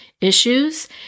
issues